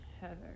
Heather